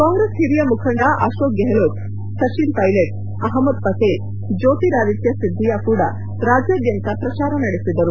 ಕಾಂಗ್ರೆಸ್ ಹಿರಿಯ ಮುಖಂಡ್ ಅಕೋಕ್ ಗೆಹ್ಲೋಟ್ ಸಚಿನ್ ಪ್ನೆಲಟ್ ಅಹಮದ್ ಪಟೇಲ್ ಜ್ಲೋತಿರಾದಿತ್ಲ ಸಿಂದಿಯಾ ಕೂಡ ರಾಜ್ಞದಾದ್ಭಂತ ಪ್ರಚಾರ ನಡೆಸಿದರು